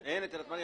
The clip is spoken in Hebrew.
הטמנה.